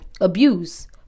abuse